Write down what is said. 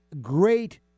great